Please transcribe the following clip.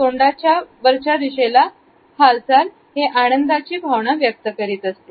तोंडाची वरच्या दिशेला हालचाल हे आनंदाची भावना व्यक्त करते